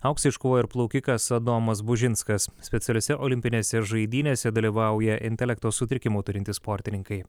auksą iškovojo ir plaukikas adomas bužinskas specialiose olimpinėse žaidynėse dalyvauja intelekto sutrikimų turintys sportininkai